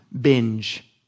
binge